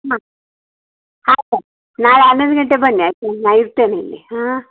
ಆ ಹಾಂ ಸರ್ ನಾಳೆ ಹನ್ನೊಂದು ಗಂಟೆಗೆ ಬನ್ನಿ ಆಯಿತಾ ನಾ ಇರ್ತೇನೆ ಇಲ್ಲಿ ಹಾಂ